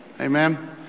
Amen